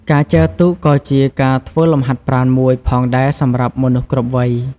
ការចែវទូកក៏ជាការធ្វើលំហាត់ប្រាណមួយផងដែរសម្រាប់មនុស្សគ្រប់វ័យ។